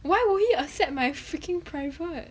why would he accept my freaking private